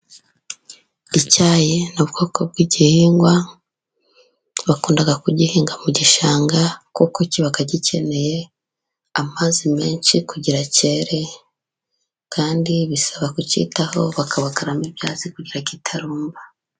Icyayi ni ubwoko bw'igihingwa bakunda guhinga mu gishanga, kuko kiba gikeneye amazi menshi kugira cyere kandi bisaba kucyitaho bakabagaramo ibyatsi kugira gitarumba.